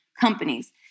companies